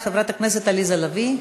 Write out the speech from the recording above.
חברת הכנסת עליזה לביא,